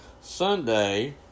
Sunday